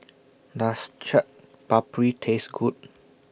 Does Chaat Papri Taste Good